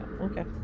Okay